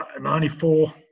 94